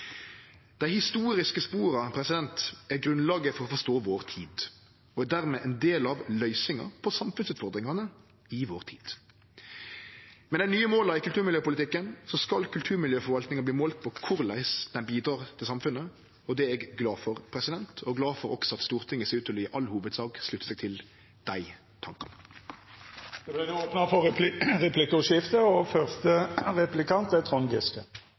Dei historiske spora er grunnlaget for å forstå vår tid og er dermed ein del av løysinga på samfunnsutfordringane i vår tid. Med dei nye måla i kulturmiljøpolitikken skal kulturmiljøforvaltinga verte målt på korleis det bidrar til samfunnet, og det er eg glad for. Eg er også glad for at Stortinget ser ut til i all hovudsak å slutte seg til dei tankane. Det vert replikkordskifte. Statsråden var innom bevaringsstrategiene i sitt innlegg og